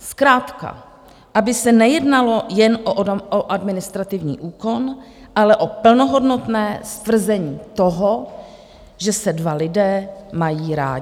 Zkrátka aby se nejednalo jen o administrativní úkon, ale o plnohodnotné stvrzení toho, že se dva lidé mají rádi.